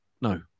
No